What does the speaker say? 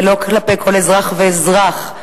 ולא כלפי כל אזרח ואזרח.